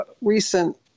recent